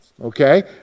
Okay